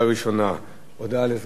(תיקון מס'